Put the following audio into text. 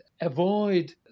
avoid